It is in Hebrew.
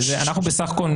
אנחנו בסך הכול,